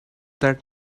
that